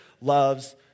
loves